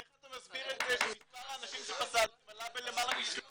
איך אתה מסביר את זה שמספר האנשים שפסלתם עלה בלמעלה מ-300%.